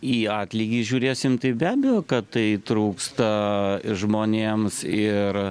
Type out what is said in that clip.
į atlygį žiūrėsim tai be abejo kad tai trūksta žmonėms ir